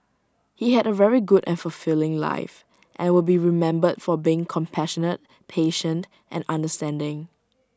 he had A very good and fulfilling life and will be remembered for being compassionate patient and understanding